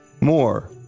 more